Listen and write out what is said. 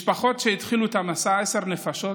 משפחות שהתחילו את המסע בעשר נפשות,